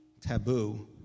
taboo